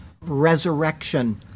resurrection